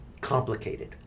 complicated